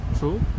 True